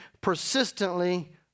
persistently